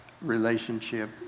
relationship